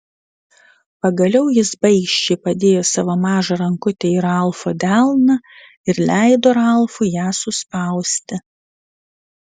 pagaliau jis baikščiai padėjo savo mažą rankutę į ralfo delną ir leido ralfui ją suspausti